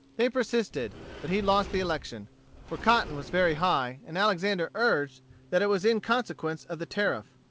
they persisted but he lost the election for cotton was very high, and alexander urged that it was in consequence of the tariff.